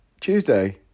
Tuesday